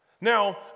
Now